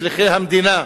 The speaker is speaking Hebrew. שליחי המדינה,